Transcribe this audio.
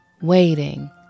Waiting